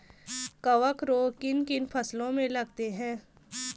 कवक रोग किन किन फसलों में लगते हैं?